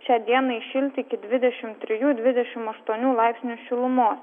šiandienai įšilti iki dvidešimt trijų dvidešimt aštuonių laipsnių šilumos